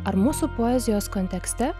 ar mūsų poezijos kontekste